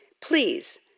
Please